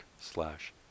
slash